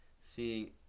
seeing